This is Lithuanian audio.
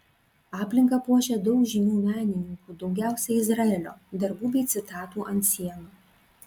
aplinką puošia daug žymių menininkų daugiausiai izraelio darbų bei citatų ant sienų